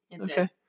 okay